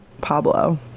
Pablo